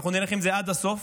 אנחנו נלך עם זה עד הסוף,